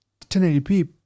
1080p